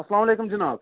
اسلام علیکُم جناب